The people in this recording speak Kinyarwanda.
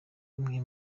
imwe